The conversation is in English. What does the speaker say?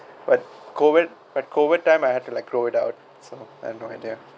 but COVID but COVID time I had to like close it down so I have no idea